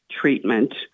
treatment